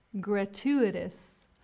gratuitous